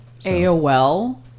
AOL